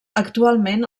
actualment